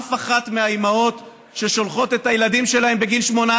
אף אחת מהאימהות ששולחות את הילדים שלהן בגיל 18